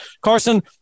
Carson